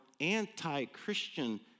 anti-Christian